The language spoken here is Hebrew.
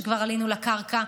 שכבר עלינו לקרקע.